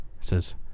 says